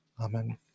Amen